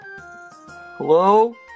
Hello